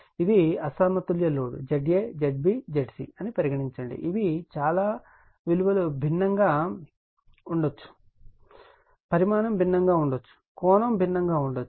ఇది అసమతుల్య load Za Zb Zc అని పరిగణించండి ఇవి చాలా విలువ భిన్నంగా ఉండవచ్చు పరిమాణం భిన్నంగా ఉండవచ్చు కోణం భిన్నంగా ఉండవచ్చు